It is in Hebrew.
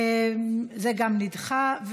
גם זה נדחה.